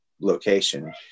location